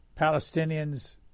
Palestinians